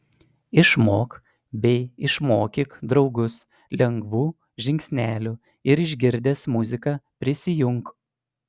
išmok bei išmokyk draugus lengvų žingsnelių ir išgirdęs muziką prisijunk